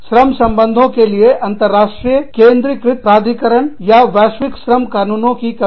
श्रम संबंधों के लिए अंतरराष्ट्रीय केंद्रीकृत प्राधिकरण या वैश्विक श्रम क़ानूनों की कमी